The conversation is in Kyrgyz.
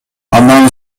андан